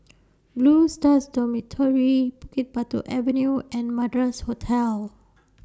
Blue Stars Dormitory Bukit Batok Avenue and Madras Hotel